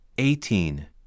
Eighteen